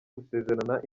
gusezerana